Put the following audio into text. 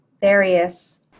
various